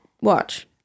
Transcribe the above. watch